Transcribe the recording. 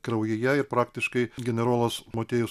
kraujyje ir praktiškai generolas motiejus